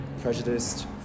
prejudiced